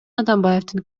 атамбаевдин